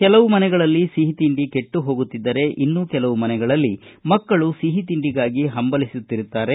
ಕೆಲವು ಮನೆಗಳಲ್ಲಿ ಸಿಹಿ ತಿಂಡಿ ಕೆಟ್ಟು ಹೋಗುತ್ತಿದ್ದರೆ ಇನ್ನು ಕೆಲವು ಮನೆಗಳಲ್ಲಿ ಮಕ್ಕಳು ಸಿಹಿತಿಂಡಿಗಾಗಿ ಹಂಬಲಿಸುತ್ತಿರುತ್ತಾರೆ